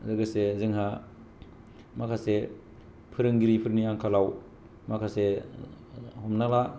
लोगोसे जोंहा माखासे फोरोंगिरिफोरनि आंखालाव माखासे हमना ला